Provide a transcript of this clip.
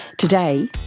today,